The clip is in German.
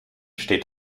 steht